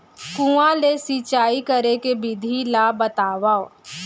कुआं ले सिंचाई करे के विधि ला बतावव?